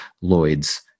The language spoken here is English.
Lloyd's